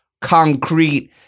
concrete